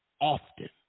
often